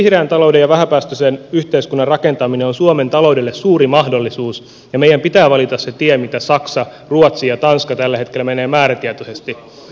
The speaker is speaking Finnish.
vihreän talouden ja vähäpäästöisen yhteiskunnan rakentaminen on suomen taloudelle suuri mahdollisuus ja meidän pitää valita se tie jota saksa ruotsi ja tanska tällä hetkellä menevät määrätietoisesti